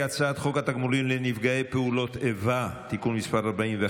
חוק התגמולים לנפגעי פעולות איבה (תיקון מס' 41,